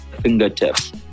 fingertips